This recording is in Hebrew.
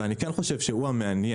ואני כן חושב שהוא המעניין.